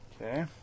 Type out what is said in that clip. Okay